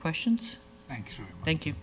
questions thanks thank you